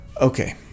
Okay